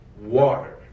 water